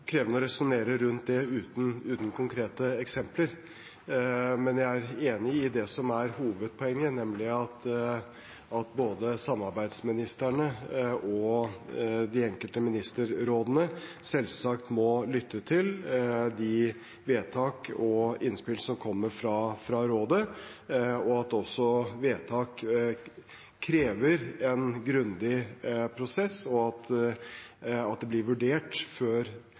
enig i det som er hovedpoenget, nemlig at både samarbeidsministrene og de enkelte ministerrådene selvsagt må lytte til de vedtak og innspill som kommer fra Rådet, og at også vedtak krever en grundig prosess og blir vurdert før man eventuelt går videre med det, eller at det legges bort. Det at det